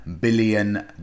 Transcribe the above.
billion